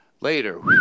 Later